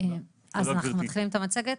אנחנו מתחילים את המצגת?